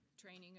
training